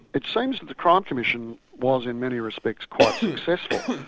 it seems that the crime commission was, in many respects, quite successful.